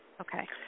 Okay